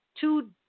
two